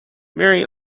mary